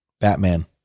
Batman